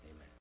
Amen